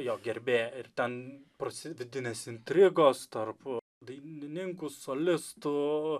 jo gerbėja ir ten prasideda vidinės intrigos tarp dainininkų solistų